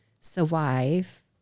survive